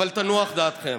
אבל תנוח דעתכם.